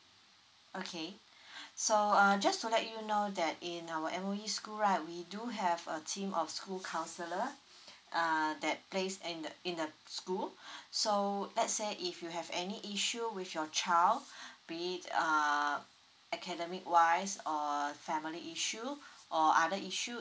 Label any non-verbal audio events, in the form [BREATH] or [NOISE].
okay so uh just to let you know that in our M_O_E school right we do have a team of school counsellor err that place in the in the school [BREATH] so let's say if you have any issue with your child [BREATH] be it err academic wise or err family issue or other issue